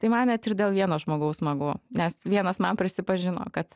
tai man net ir dėl vieno žmogaus smagu nes vienas man prisipažino kad